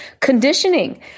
conditioning